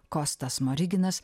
kostas smoriginas